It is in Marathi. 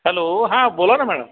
हॅलो हां बोला ना मॅडम